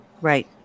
Right